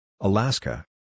Alaska